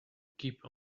keep